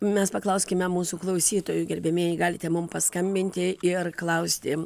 mes paklauskime mūsų klausytojų gerbiamieji galite mum paskambinti ir klausti